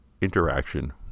interaction